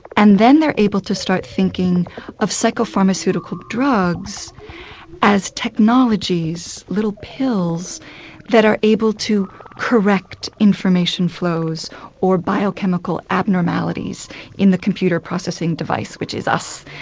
and then they're able to start thinking of psycho pharmaceutical drugs as technologies, little pills that are able to correct information flows or biochemical abnormalities in the computer processing device which is us.